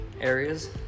areas